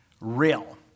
real